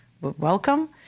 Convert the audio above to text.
welcome